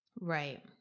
Right